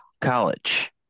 college